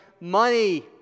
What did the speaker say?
money